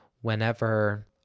Whenever